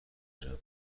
جان